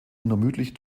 unermüdlich